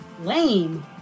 lame